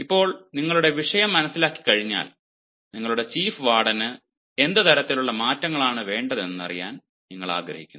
ഇപ്പോൾ നിങ്ങളുടെ വിഷയം മനസിലാക്കിക്കഴിഞ്ഞാൽ നിങ്ങളുടെ ചീഫ് വാർഡന് എന്ത് തരത്തിലുള്ള മാറ്റങ്ങളാണ് വേണ്ടതെന്ന് അറിയാൻ നിങ്ങൾ ആഗ്രഹിക്കുന്നു